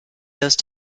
those